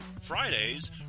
Fridays